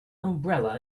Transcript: umbrella